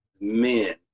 men